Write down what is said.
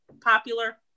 popular